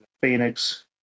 Phoenix